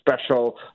special